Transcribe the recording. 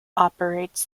operates